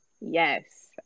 Yes